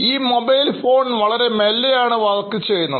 ഈ മൊബൈൽ ഫോൺവളരെ മെല്ലെയാണ് വർക്ക് ചെയ്യുന്നത്